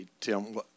Tim